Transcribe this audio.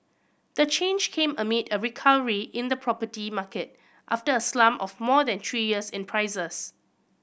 the change came amid a recovery in the property market after a slump of more than three years in prices